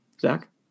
Zach